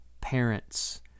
parents